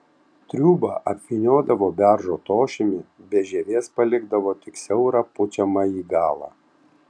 triūbą apvyniodavo beržo tošimi be žievės palikdavo tik siaurą pučiamąjį galą